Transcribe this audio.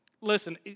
listen